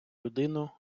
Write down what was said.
людину